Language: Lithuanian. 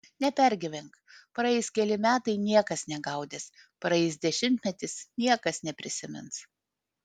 nepergyvenk praeis keli metai niekas negaudys praeis dešimtmetis niekas neprisimins